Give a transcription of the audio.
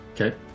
Okay